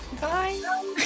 Bye